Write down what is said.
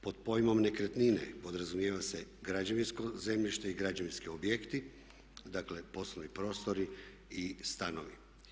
Pod pojmom nekretnine podrazumijeva se građevinsko zemljište i građevinski objekti, dakle poslovni prostori i stanovi.